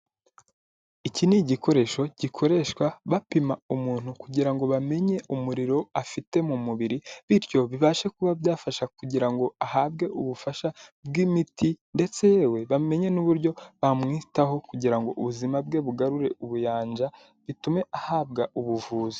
Iki ni igikoresho gikoreshwa bapima umuntu kugira ngo bamenye umuriro afite mu mubiri, bityo bibashe kuba byafasha kugira ngo ahabwe ubufasha bwi'imiti ndetse yewe bamenye n'uburyo bamwitaho kugira ngo ubuzima bwe bugarure ubuyanja bitume ahabwa ubuvuzi.